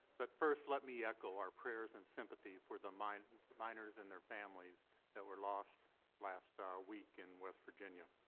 but first let me echo our prayers and sympathy for the miners miners and their families that were lost last week in west virginia.